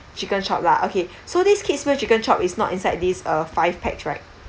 chicken chop lah okay so this kid's meal chicken chop is not inside these uh five pax right